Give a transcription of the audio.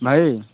ଭାଇ